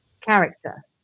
character